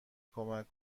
کمک